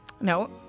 No